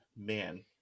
Man